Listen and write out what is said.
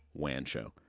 wanshow